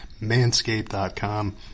Manscape.com